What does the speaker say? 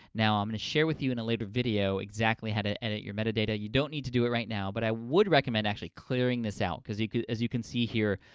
now, i'm gonna share with you in a later video exactly how to edit your metadata. you don't need to do it right now, but i would recommend actually clearing this out because, as you can see here,